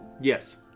Yes